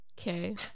Okay